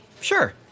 Sure